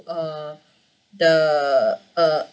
uh the uh